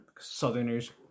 Southerners